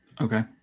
Okay